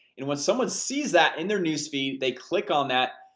and when someone sees that in their newsfeed, they click on that,